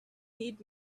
need